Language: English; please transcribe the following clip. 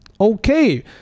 Okay